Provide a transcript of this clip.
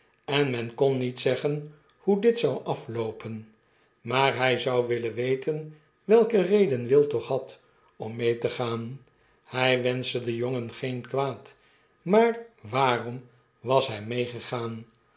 en men kon niet zeggen hoe dit zou afloopen maar hy zou willen weten welke reden will toch had om mee te gaan hy wenschte den jongen geen kwaad maar waaromwashij meegegaan